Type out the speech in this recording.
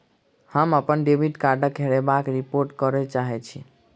हम अप्पन डेबिट कार्डक हेराबयक रिपोर्ट करय चाहइत छि